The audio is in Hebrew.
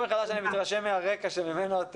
אני מדלגת כרגע על הערות של ניסוח.